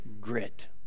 grit